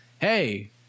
hey